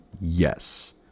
yes